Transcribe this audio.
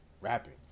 Rapping